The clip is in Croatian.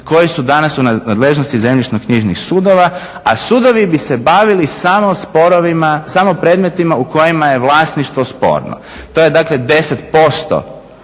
koji su danas u nadležnosti Zemljišno-knjižnih sudova. A sudovi bi se bavili samo sporovima, samo predmetima u kojima je vlasništvo sporno. To je dakle 10%